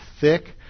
thick